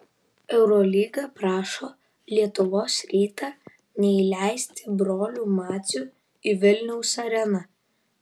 eurolyga prašo lietuvos rytą neįleisti brolių macių į vilniaus areną